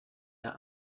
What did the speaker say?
der